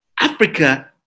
Africa